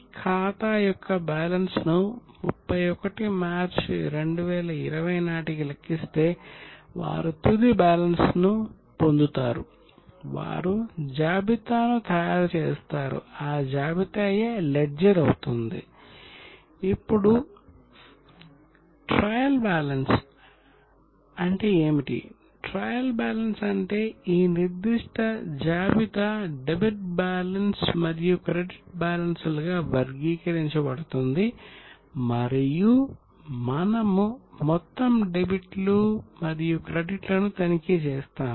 trial balance అంటే ఈ నిర్దిష్ట జాబితా డెబిట్ బ్యాలెన్స్ మరియు క్రెడిట్ బ్యాలెన్స్లుగా వర్గీకరించబడుతుంది మరియు మనము మొత్తం డెబిట్లు మరియు క్రెడిట్లను తనిఖీ చేస్తాము